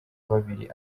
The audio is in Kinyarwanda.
babiri